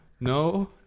no